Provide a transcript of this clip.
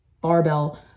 barbell